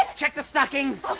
check the stockings,